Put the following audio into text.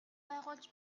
байгуулж